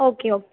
okay okay